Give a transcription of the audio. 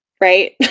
right